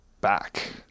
back